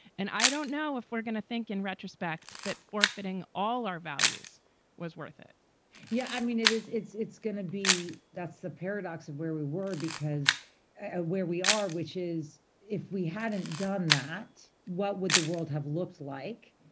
and i don't know if we're gonna think in retrospect that forfeiting all our values was worth it yeah, i mean, it is. it's it's going to be. that's the paradox of where we were, because ah where we are, which is if we hadn't done that, what would the world have looked like?